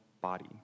body